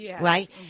Right